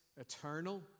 eternal